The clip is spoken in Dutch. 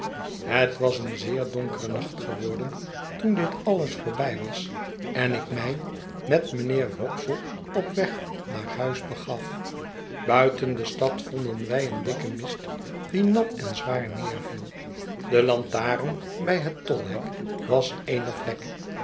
het was een zeer donkere nacht geworden toen dit alles voorbij was en ik mij met mijnheer wopsle op weg naar huis begaf buiten de stad vond en wij een dikken mist die nat en zwaar neerviel de lantaren bij het tolhek was eene vlek